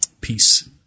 peace